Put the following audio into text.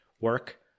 work